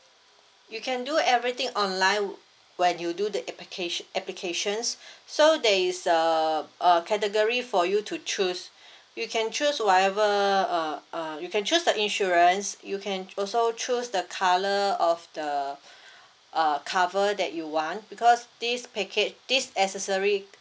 you can do everything online when you do the applica~ applications so there is err uh category for you to choose you can choose whatever uh uh you can choose the insurance you can also choose the colour of the uh cover that you want because this package this accessory